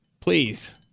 Please